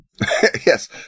Yes